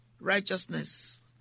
righteousness